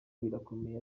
birakomeye